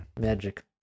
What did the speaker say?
Magic